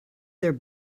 their